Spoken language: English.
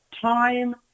time